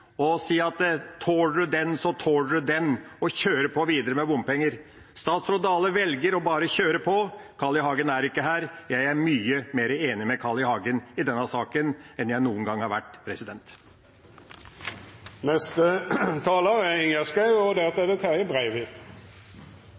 og si: Tåler du den, så tåler du den – og så kjøre videre på med bompenger. Statsråd Dale velger bare å kjøre på. Carl I. Hagen er ikke her. Jeg er mye mer enig med Carl I. Hagen i denne saken enn jeg har vært noen gang før. Representanter har vært opptatt av at en rekke fakta er